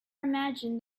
imagined